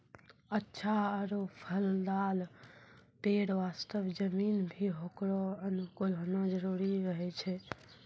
अच्छा आरो फलदाल पेड़ वास्तॅ जमीन भी होकरो अनुकूल होना जरूरी रहै छै